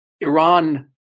Iran